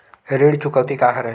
ऋण चुकौती का हरय?